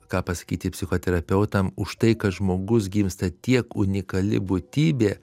ką pasakyti psichoterapeutam už tai kad žmogus gimsta tiek unikali būtybė